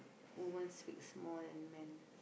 woman speak small than man